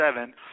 seven